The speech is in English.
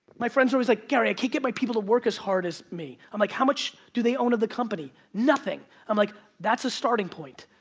my friend's always like, gary, i can't get my people to work as hard as me. i'm like, how much do they own of the company? nothing. i'm like, that's a starting point.